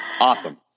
Awesome